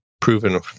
proven